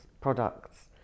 products